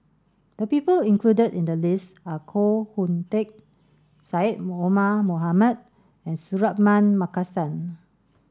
the people included in the list are Koh Hoon Teck Syed Omar Mohamed and Suratman Markasan